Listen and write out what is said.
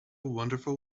wonderful